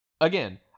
Again